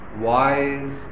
wise